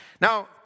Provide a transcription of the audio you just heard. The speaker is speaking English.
Now